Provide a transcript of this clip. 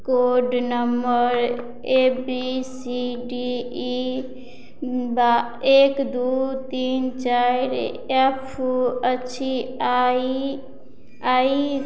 card number A B C D E बा एक दू तीन चारि एफ अछि आई आई